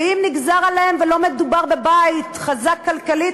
ואם נגזר עליהם ולא מדובר בבית חזק כלכלית,